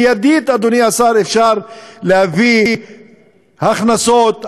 מיידית, אדוני השר, אפשר להביא הכנסות עצמיות.